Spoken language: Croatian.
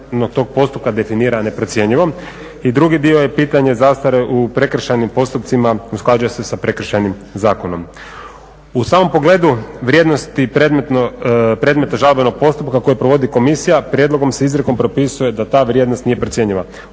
U samom pogledu vrijednosti predmeta žalbenog postupak koji provodi komisija prijedlogom se izrijekom propisuje da ta vrijednost nije procjenjiva.